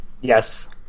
Yes